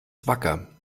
wacker